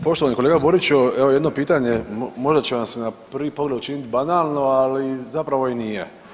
Poštovani kolega Boriću evo jedno pitanje, možda će vam se na prvi pogled učiniti banalno ali zapravo i nije.